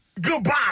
Goodbye